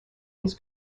his